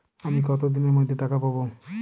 আমি কতদিনের মধ্যে টাকা পাবো?